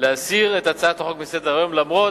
להסיר את הצעת החוק מסדר-היום למרות